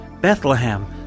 Bethlehem